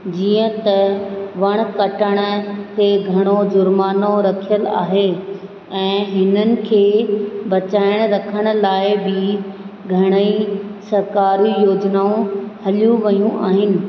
जीअं त वणु कटण ते घणो जुर्मानो रखियलु आहे ऐं हिननि खे बचाए रखण लाइ ब घणई सरकारी योजनाऊं हलियूं वियूं आहिनि